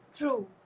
True